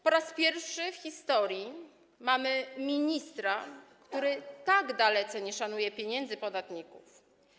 Po raz pierwszy w historii mamy ministra, który tak dalece nie szanuje pieniędzy podatników.